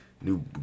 New